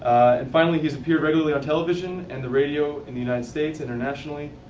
and finally, he's appeared regularly on television and the radio in the united states, internationally,